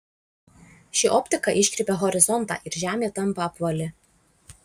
ši optika iškreipia horizontą ir žemė tampa apvali